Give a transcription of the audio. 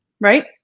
right